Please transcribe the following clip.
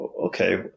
okay